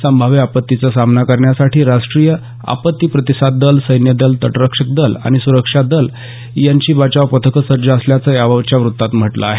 संभाव्य आपत्तीचा सामना करण्यासाठी राष्ट्रीय आपत्ती प्रतिसाद दल सैन्यदल तटरक्षक दल आणि सीमासुरक्षा दल यांची बचाव पथकं सज्ज असल्याचं याबाबतच्या वृत्तात म्हटलं आहे